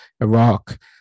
Iraq